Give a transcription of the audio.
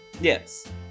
Yes